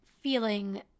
feeling